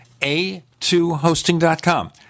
a2hosting.com